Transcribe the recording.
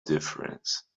difference